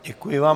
Děkuji vám.